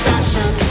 Fashion